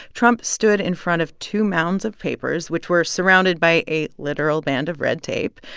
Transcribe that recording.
trump stood in front of two mounds of papers, which were surrounded by a literal band of red tape.